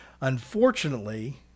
Unfortunately